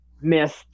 missed